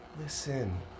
listen